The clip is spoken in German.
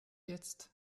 jetzt